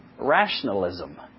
rationalism